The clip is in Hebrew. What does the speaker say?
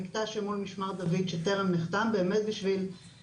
המקטע שמול משמר דוד טרם נחתם כדי להגיע